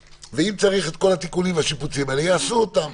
עשינו לו בדיקת קורונה והיא נמצאה חיובית